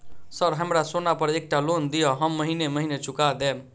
Sir हमरा सोना पर एकटा लोन दिऽ हम महीने महीने चुका देब?